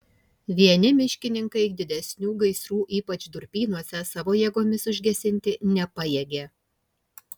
vieni miškininkai didesnių gaisrų ypač durpynuose savo jėgomis užgesinti nepajėgė